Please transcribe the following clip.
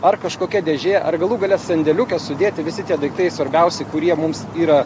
ar kažkokia dėžė ar galų gale sandėliuke sudėti visi tie daiktai svarbiausi kurie mums yra